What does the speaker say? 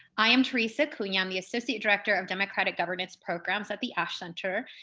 i am theresa acuna, i'm the associate director of democratic governance programs at the ash center.